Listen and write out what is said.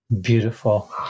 Beautiful